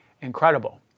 Incredible